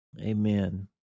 Amen